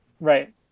Right